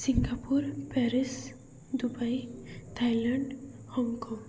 Singapore Paris Dubai Thailand Hong Kong